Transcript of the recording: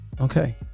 okay